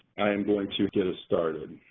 i am going to get us started.